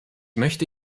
möchte